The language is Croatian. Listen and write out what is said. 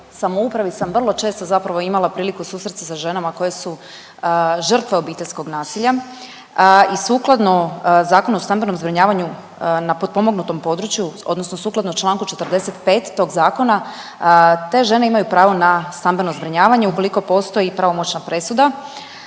samoupravi sam vrlo često zapravo imala priliku susrest se sa ženama koje su žrtve obiteljskog nasilja i sukladno Zakonu o stambenom zbrinjavanju na potpomognutom području odnosno sukladno Članku 45. tog zakona te žene imaju pravo na stambeno zbrinjavanje ukoliko postoji pravomoćna presuda.